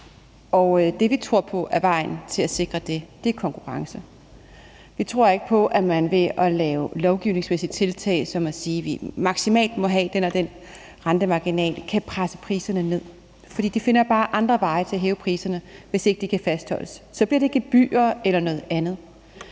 som vi tror på er vejen til at sikre det, er konkurrence. Vi tror ikke på, at man ved at lave lovgivningsmæssige tiltag som at sige, at man maksimalt må have den og den rentemarginal, kan presse priserne ned, for de finder bare andre veje til at hæve priserne, hvis ikke det kan fastholdes. Så bliver det gebyrer eller noget andet.